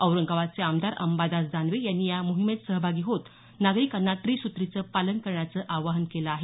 औरंगाबादचे आमदार अंबादास दानवे यांनी या मोहिमेत सहभागी होत नागरिकांना त्रिसुत्रीचं पालन करण्याचं आवाहन केलं आहे